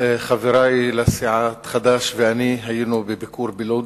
חברי לסיעת חד"ש ואני היינו בביקור בלוד.